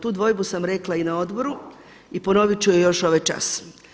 Tu dvojbu sam rekla i na odboru i ponovit ću je još ovaj čas.